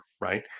right